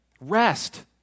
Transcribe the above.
Rest